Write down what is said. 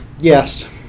Yes